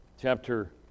chapter